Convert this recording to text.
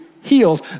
healed